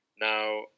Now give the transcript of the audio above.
Now